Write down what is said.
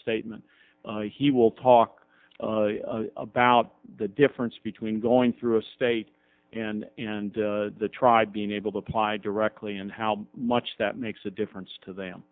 statement he will talk about the difference between going through a state and and the tribe being able to apply directly and how much that makes a difference to them